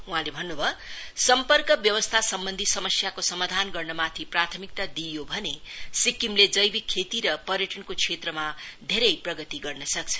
वहाँले भन्नु भयो सम्पर्क व्यवस्थासम्वन्धी समस्याको समाधान गर्नमाथि प्राथमिकता दिइयो भने सिक्किमले जैविक खेती र पर्यटनको क्षेत्रमा धेरै प्रगति गर्न सक्छ